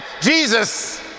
jesus